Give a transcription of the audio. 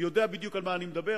יודע בדיוק על מה אני מדבר.